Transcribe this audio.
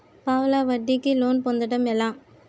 పావలా వడ్డీ కి లోన్ పొందటం ఎలా?